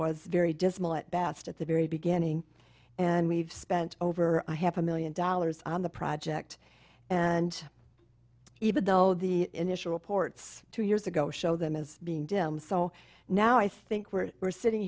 best at the very beginning and we've spent over half a million dollars on the project and even though the initial reports two years ago show them as being delayed so now i think we're we're sitting